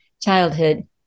Childhood